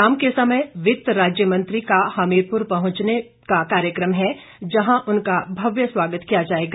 शाम के समय वित्त राज्य मंत्री का हमीरपुर पहुंचने का कार्यक्रम है जहां उनका भव्य स्वागत किया जाएगा